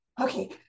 okay